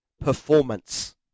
performance